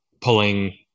pulling